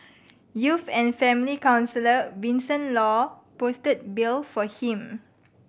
youth and family counsellor Vincent Law posted bail for him